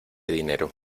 dinero